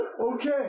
Okay